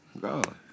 God